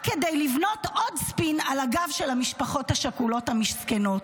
רק כדי לבנות עוד ספין על הגב של המשפחות השכולות המסכנות,